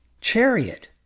chariot